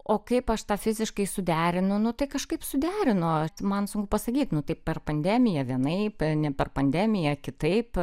o kaip aš tą fiziškai suderinu nu tai kažkaip suderinu man sunku pasakyt nu taip per pandemiją vienaip ne per pandemiją kitaip